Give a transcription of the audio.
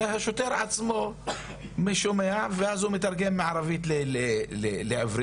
אלא השוטר עצמו שמע ותרגם מערבית לעברית.